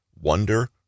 wonder